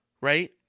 right